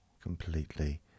completely